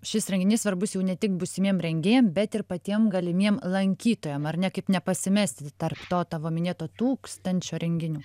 šis renginys svarbus jau ne tik būsimiem rengėjam bet ir patiem galimiem lankytojam ar ne kaip nepasimesti tarp to tavo minėto tūkstančio renginių